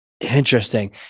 Interesting